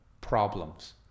problems